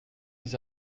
ils